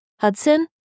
Hudson